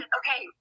okay